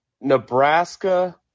Nebraska